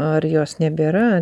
ar jos nebėra